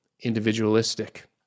individualistic